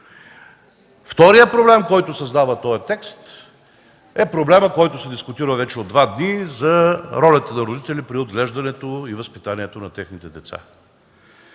Вторият проблем, който създава текстът, е проблемът, който се дискутира вече два дни, за ролята на родителя при отглеждането и възпитанието на децата.